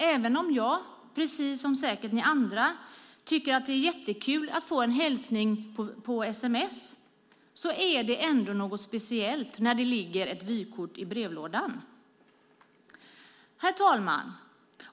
Även om jag, precis som säkert ni andra, tycker att det är kul att få en hälsning via sms är det ändå något speciellt när det ligger ett vykort i brevlådan. Herr talman!